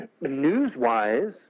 news-wise